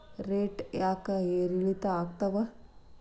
Rate ಯಾಕೆ ಏರಿಳಿತ ಆಗ್ತಾವ?